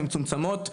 הן מצומצמות,